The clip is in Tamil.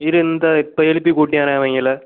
இரு இந்தா இப்போ எழுப்பி கூட்டிவர்றேன் அவங்களை